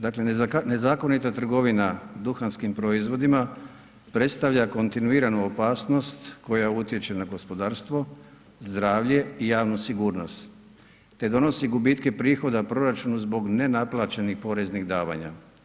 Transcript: Dakle, zakonita trgovina duhanskim proizvodima predstavlja kontinuiranu opasnost koja utječe na gospodarstvo, zdravlje i javnu sigurnost te donosi gubitke prihoda proračunu zbog neplaćenih poreznih davanja.